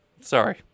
Sorry